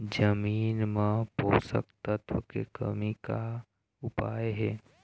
जमीन म पोषकतत्व के कमी का उपाय हे?